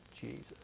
Jesus